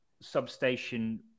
substation